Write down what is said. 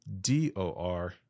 D-O-R